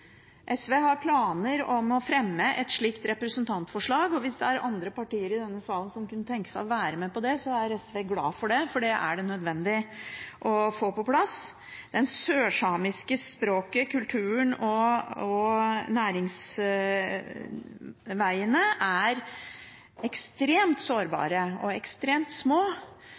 SV har planer om å fremme et slikt representantforslag, og hvis det er andre partier i denne salen som kunne tenke seg å være med på det, er SV glad for det, for det er nødvendig å få det på plass. Det sørsamiske språket, kulturen og næringsveiene er ekstremt